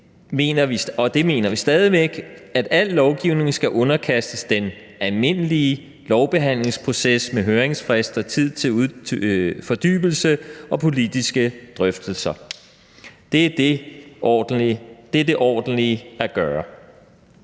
og det mener vi stadig væk – at al lovgivning skal underkastes den almindelige lovbehandlingsproces med høringsfrister og tid til fordybelse og politiske drøftelser. Det er det ordentlige at gøre.